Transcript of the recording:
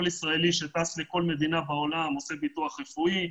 ישראלי שטס לכל מדינה בעולם עושה ביטוח רפואי.